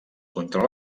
contra